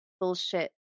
bullshit